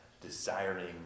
desiring